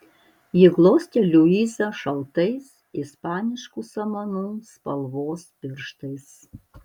ji glostė luizą šaltais ispaniškų samanų spalvos pirštais